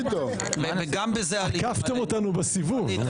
עקפתם אותנו בסיבוב.